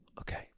okay